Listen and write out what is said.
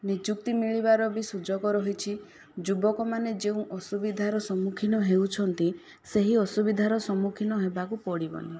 ନିଯୁକ୍ତି ମିଳିବାର ବି ସୁଯୋଗ ରହିଛି ଯୁବକମାନେ ଯେଉଁ ଅସୁବିଧାର ସମ୍ମୁଖୀନ ହେଉଛନ୍ତି ସେହି ଅସୁବିଧାର ସମ୍ମୁଖୀନ ହେବାକୁ ପଡ଼ିବନି